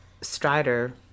Strider